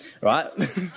right